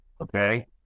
okay